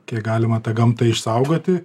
kiek galima tą gamtą išsaugoti